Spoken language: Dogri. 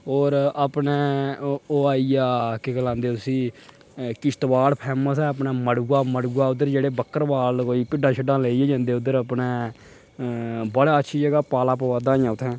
होर अपने ओह् आई गेआ केह् गलांदे उसी किश्तबाड़ फैमस ऐ अपने मड़ुआ मड़ुआ उद्धर जेह्ड़े बक्करबाल कोई भिड्डां छिड्डां लेइयै जंदे उद्धर अपने बड़ी अच्छी जगह् पाला पोआ दा अजें उत्थै